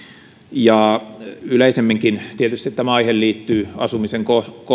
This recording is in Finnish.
yleisemminkin tietysti tämä aihe liittyy asumisen